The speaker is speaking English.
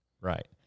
Right